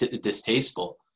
distasteful